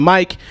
Mike